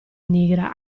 nigra